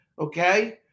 okay